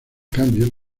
cambio